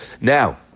Now